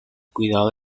cuidado